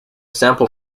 sample